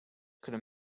kunnen